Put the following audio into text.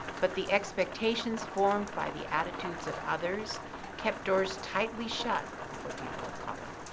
but the expectations formed by the attitudes of others kept doors tightly shut for people of color.